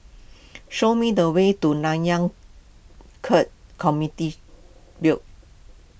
show me the way to Nanyang Khek Community Build